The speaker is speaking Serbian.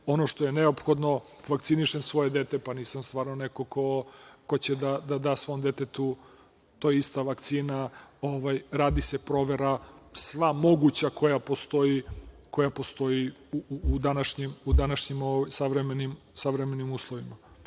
ono što je neophodno. Vakcinišem svoje dete, nisam stvarno neko ko će da da svom detetu, to je ista vakcina, radi se provera sva moguća koja postoji u današnjim savremenim uslovima. Šta